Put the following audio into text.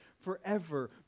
forever